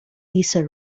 lisa